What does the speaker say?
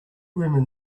women